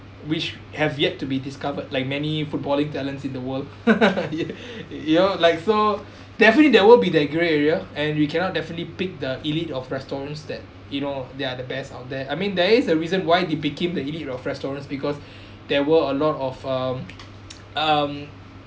which have yet to be discovered like many footballing talents in the world ya you know like so definitely there will be that grey area and we cannot definitely pick the elite of restaurants that you know they're are the best out there I mean there is a reason why they became the elite of restaurants because there were a lot of um um